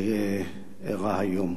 שאירע היום.